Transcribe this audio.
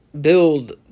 build